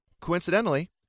coincidentally